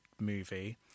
movie